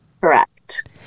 Correct